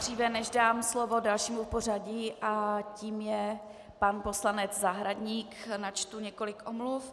Dříve než dám slovo dalšímu v pořadí, tím je pan poslanec Zahradník, načtu několik omluv.